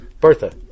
Bertha